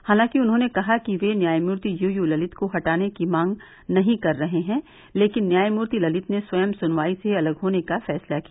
हालांकि उन्होंने कहा कि वे न्यायमूर्ति यू यू ललित को हटाने की मांग नहीं कर रहे हैं लेकिन न्यायमूर्ति ललित ने स्वयं सुनवाई से अलग होने का फैसला किया